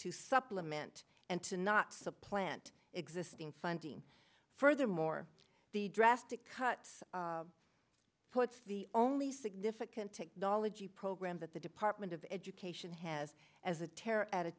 to supplement and to not supplant existing funding furthermore the drastic cuts puts the only significant technology program that the department of education has as a terror a